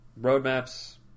Roadmaps